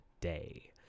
day